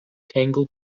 tangle